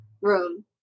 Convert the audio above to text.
room